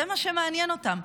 זה מה שמעניין אותם.